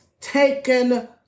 taken